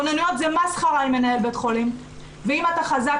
כוננויות זה מסחרה עם מנהל בית חולים ואם אתה חזק,